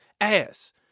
ass